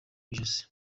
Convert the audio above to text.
ijosi